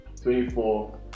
24